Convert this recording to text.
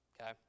okay